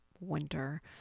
winter